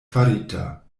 farita